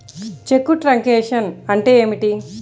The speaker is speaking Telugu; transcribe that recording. చెక్కు ట్రంకేషన్ అంటే ఏమిటి?